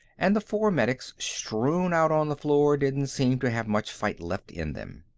and the four medics strewn out on the floor didn't seem to have much fight left in them.